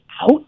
out